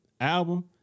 album